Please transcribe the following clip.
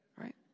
Right